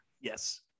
Yes